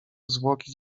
zwłoki